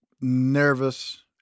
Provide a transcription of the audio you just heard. nervous